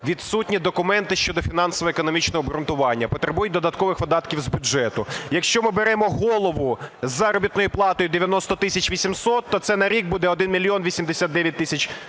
Відсутні документи щодо фінансово-економічного обґрунтування, потребують додаткових видатків з бюджету. Якщо ми беремо голову з заробітною платою 90 тисяч 800, то це на рік буде 1 мільйон 89 тисяч гривень.